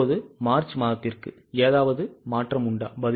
இப்போது மார்ச் மாதத்திற்கு ஏதாவது மாற்றம் உண்டா